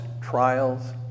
trials